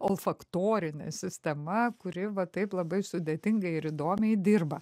olfaktorinė sistema kuri va taip labai sudėtinga ir įdomiai dirba